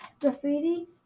Graffiti